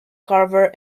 carver